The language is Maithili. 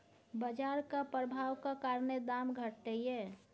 बजारक प्रभाबक कारणेँ दाम घटलै यै